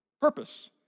Purpose